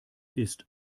ist